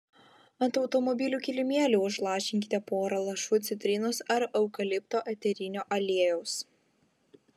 ant automobilių kilimėlių užlašinkite porą lašų citrinos ar eukalipto eterinio aliejaus